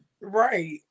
right